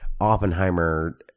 Oppenheimer